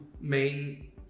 main